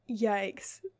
Yikes